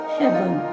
heaven